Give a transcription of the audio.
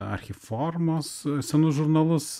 archiformos senus žurnalus